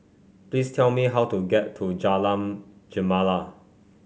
please tell me how to get to Jalan Gemala